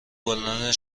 بلند